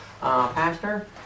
pastor